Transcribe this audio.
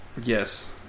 Yes